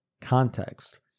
context